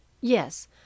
Yes